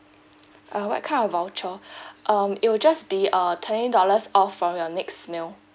uh what kind of voucher um it'll just be a twenty dollars off for your next meal